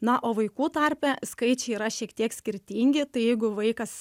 na o vaikų tarpe skaičiai yra šiek tiek skirtingi tai jeigu vaikas